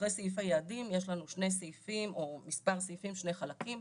סעיף היעדים יש לנו מספר סעיפים עם שני חלקים.